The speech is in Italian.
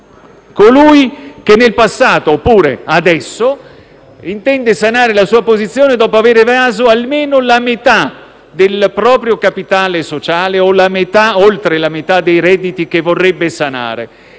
colui che, nel passato oppure adesso, intende sanare la sua posizione dopo aver evaso almeno la metà del proprio capitale sociale o oltre la metà dei redditi che vorrebbe sanare.